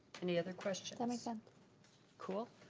any other questions i mean so cool.